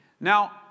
Now